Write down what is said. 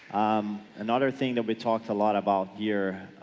um another thing that we talked a lot about year,